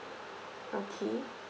okay